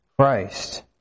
Christ